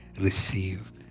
receive